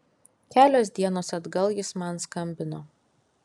kelios dienos atgal jis man skambino